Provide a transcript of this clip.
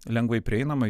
lengvai prieinama